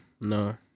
No